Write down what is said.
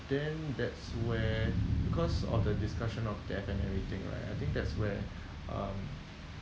then that's where because of the discussion of death and everything right I think that's where um